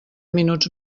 minuts